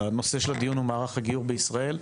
הנושא של הדיון הוא מערך הגיור בישראל,